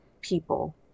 people